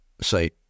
say